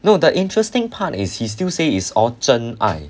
no the interesting part is he still say is all 真爱